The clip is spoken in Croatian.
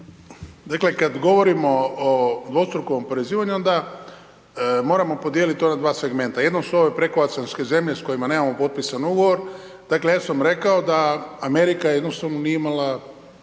Dakle, kad govorimo o dvostrukom oporezivanju, onda moramo podijeliti ova dva segmenta. Jedno su ove prekooceanske zemlje s kojima nemamo potpisan ugovor, dakle ja sam rekao da Amerika jednostavno nije imala